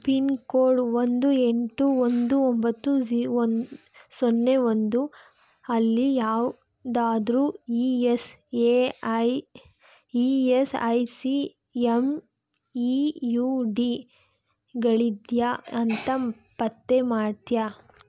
pin code ಒಂದು ಎಂಟು ಒಂದು ಒಂಬತ್ತು ಝಿ ಒನ್ ಸೊನ್ನೆ ಒಂದು ಅಲ್ಲಿ ಯಾವುದಾದ್ರೂ E S A I E S I C M E U ಡಿಗಳಿದೆಯಾ ಅಂತ ಪತ್ತೆ ಮಾಡ್ತಿಯಾ